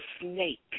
snake